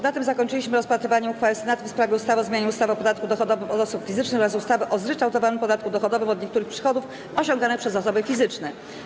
Na tym zakończyliśmy rozpatrywanie uchwały Senatu w sprawie ustawy o zmianie ustawy o podatku dochodowym od osób fizycznych oraz ustawy o zryczałtowanym podatku dochodowym od niektórych przychodów osiąganych przez osoby fizyczne.